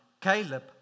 Caleb